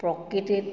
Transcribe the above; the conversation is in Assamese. প্ৰকৃতিত